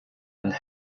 and